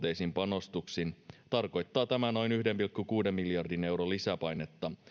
myös kertaluonteisin panostuksin tarkoittaa tämä noin yhden pilkku kuuden miljardin euron lisäpainetta